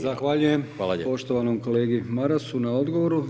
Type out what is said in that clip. Zahvaljujem poštovanom kolegi Marasu na odgovoru.